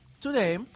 today